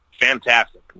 fantastic